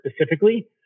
specifically